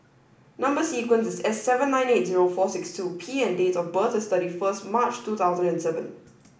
number sequence is S seven nine eight zero four six two P and date of birth is thirty first March two thousand and seven